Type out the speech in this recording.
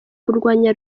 kurwanya